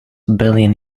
billion